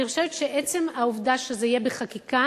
אני חושבת שעצם העובדה שזה יהיה בחקיקה,